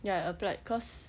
ya I applied cause